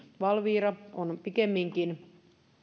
valvira on pikemminkin